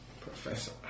Professor